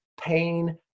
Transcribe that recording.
pain